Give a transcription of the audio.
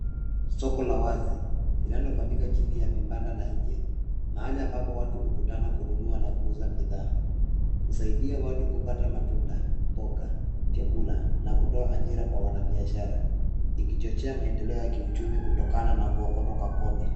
Soko la wazi, linalofanyika chini ya vibanda na nje . Mahali ambapo watu hukutana kununua na kuuza bidhaa. Husaidia watu kupata matunda, mboga, chakula, na kutoa ajira kwa wanabiashara. Ikichochea maendeleo ya kiuchumi kutokana na kuokotwa kwa kodi.